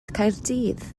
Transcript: caerdydd